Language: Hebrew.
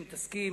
אם תסכים,